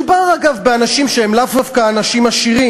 מדובר, אגב, באנשים שהם לאו דווקא אנשים עשירים.